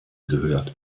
gehört